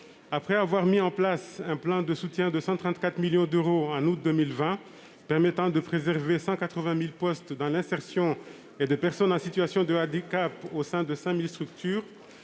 Après avoir mis en place un plan de soutien de 134 millions d'euros au mois d'août 2020, permettant de préserver 180 000 postes dans l'insertion et de personnes en situation de handicap au sein de 5 000 structures,